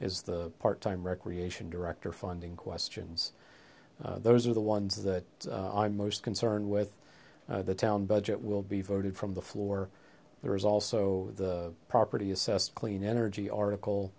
is the part time recreation director funding questions those are the ones that i'm most concerned with the town budget will be voted from the floor there is also the property assessed clean energy article